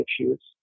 issues